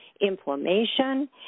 Inflammation